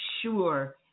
sure